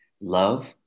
love